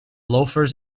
loafers